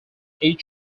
eight